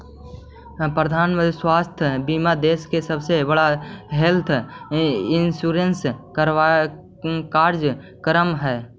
प्रधानमंत्री स्वास्थ्य बीमा देश के सबसे बड़ा हेल्थ इंश्योरेंस कार्यक्रम हई